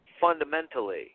fundamentally